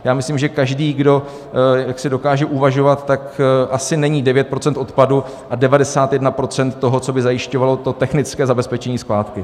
Já myslím, že každý, kdo jaksi dokáže uvažovat, tak asi není 9 % odpadu a 91 % toho, co by zajišťovalo to technické zabezpečení skládky.